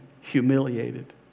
humiliated